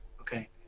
Okay